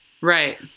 right